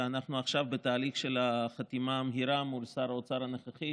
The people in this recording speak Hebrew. ואנחנו עכשיו בתהליך של חתימה מהירה מול שר האוצר הנוכחי,